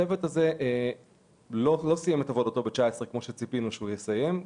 הצוות הזה לא סיים את עבודתו ב-2019 כפי שציפינו מכיוון